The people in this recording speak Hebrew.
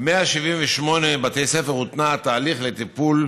ב-178 בתי ספר הותנע התהליך לטיפול